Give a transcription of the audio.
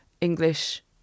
English